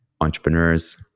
entrepreneurs